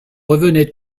revenait